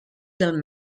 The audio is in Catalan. del